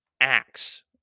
acts